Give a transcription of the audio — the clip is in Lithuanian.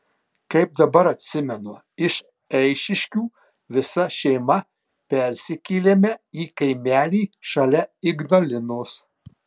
kaip dabar atsimenu iš eišiškių visa šeima persikėlėme į kaimelį šalia ignalinos